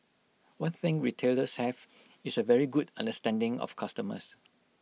one thing retailers have is A very good understanding of customers